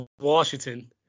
Washington